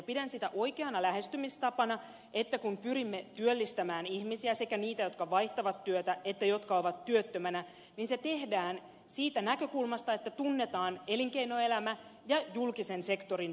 pidän sitä oikeana lähestymistapana että kun pyrimme työllistämään ihmisiä sekä niitä jotka vaihtavat työtä että niitä jotka ovat työttömänä niin se tehdään siitä näkökulmasta että tunnetaan elinkeinoelämä ja julkisen sektorin työnantajat